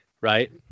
right